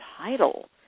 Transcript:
title